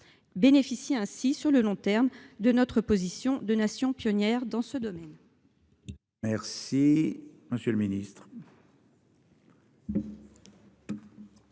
bénéficier sur le long terme de notre position de nation pionnière dans ce domaine